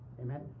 Amen